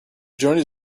journey